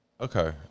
Okay